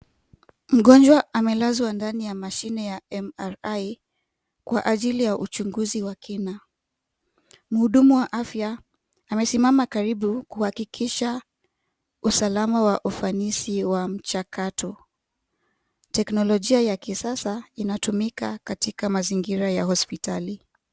Mgonjwa amelazwa ndani ya mashine ya MRI kwa ajili ya uchunguzi wa kina. Mhudumu wa afya amesimama karibu kuhakikisha usalama wa ufanisi wa mchakato. Teknolojia ya kisasa inatumika katika mazingira ya hospitali.